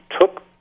took